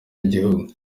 y’igihugu